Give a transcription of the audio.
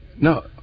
No